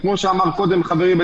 כמו שאמר קודם חברי,